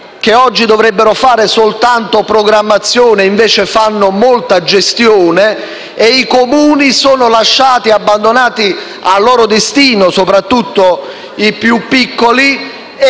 che oggi dovrebbero fare soltanto programmazione, invece fanno molta gestione, e i Comuni sono abbandonati al loro destino, soprattutto i più piccoli,